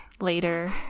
later